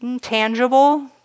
tangible